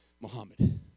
Muhammad